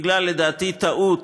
לדעתי, בגלל טעות